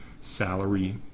salary